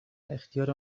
اختیار